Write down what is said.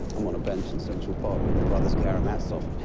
i'm on a bench in central park with the brothers karamazov.